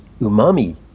umami